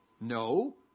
No